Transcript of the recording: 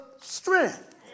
strength